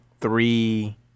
three